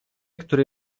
który